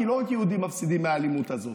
כי לא רק יהודים מפסידים מהאלימות הזאת,